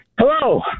Hello